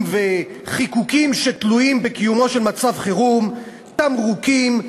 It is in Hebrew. וחיקוקים שתלויים בקיומו של מצב חירום: תמרוקים,